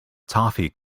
toffee